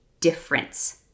difference